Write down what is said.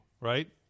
right